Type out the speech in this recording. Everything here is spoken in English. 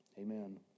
Amen